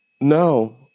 No